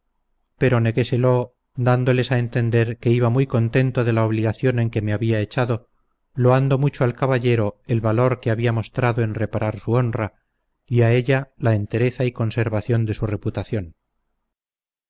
no pudo acabarse conmigo pero neguéselo dándoles a entender que iba muy contento de la obligación en que me había echado loando mucho al caballero el valor que había mostrado en reparar su honra y a ella la entereza y conservación de su reputación